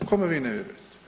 Kome vi ne vjerujete?